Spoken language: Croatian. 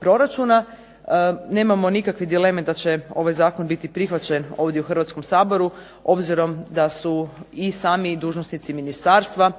proračuna. Nemamo nikakve dileme da će ovaj zakon biti prihvaćen ovdje u Hrvatskom saboru obzirom da su i sami dužnosnici ministarstva,